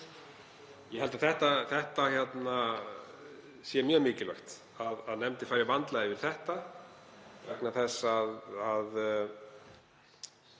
Ég held að það sé mjög mikilvægt að nefndin fari vandlega yfir þetta vegna þess að